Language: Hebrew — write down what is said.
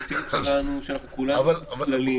יעקב, המציאות שלנו שכולנו מוצללים.